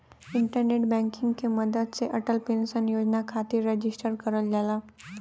internet banking के मदद से अटल पेंशन योजना खातिर रजिस्टर करल जाला